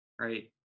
right